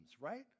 right